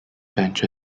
bench